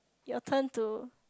your turn to